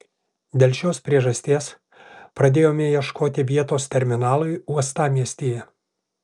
dėl šios priežasties pradėjome ieškoti vietos terminalui uostamiestyje